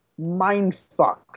mindfucked